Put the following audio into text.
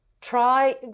Try